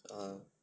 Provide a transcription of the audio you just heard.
uh